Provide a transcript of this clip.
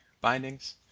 bindings